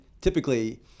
typically